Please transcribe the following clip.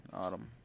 Autumn